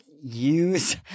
use